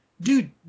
dude